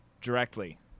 directly